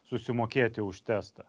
susimokėti už testą